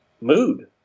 mood